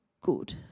good